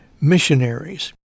missionaries